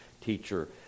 teacher